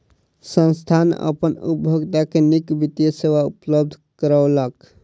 संस्थान अपन उपभोगता के नीक वित्तीय सेवा उपलब्ध करौलक